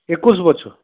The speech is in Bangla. একুশ বছর